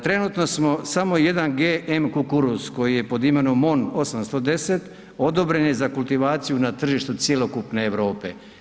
Trenutno smo samo jedan GM kukuruz koji je pod imenom MON-810 odobren je za kultivaciju na tržište cjelokupne Europe.